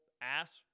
ass